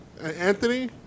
Anthony